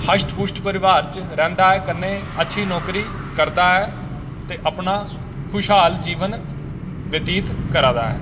हस्ट फुट परिवार च रैह्दा ऐ कन्नै अच्छी नौकरी करदा ऐ ते अपना खुशहाल जीवन ब्यातीत करा दा ऐ